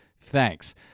Thanks